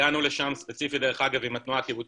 הגענו לשם ספציפית דרך אגב עם התנועה הקיבוצית,